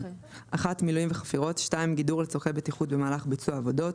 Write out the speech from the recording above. (1)מילויים וחפירות; (2)גידור לצרכי בטיחות במהלך ביצוע העבודות,